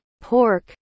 pork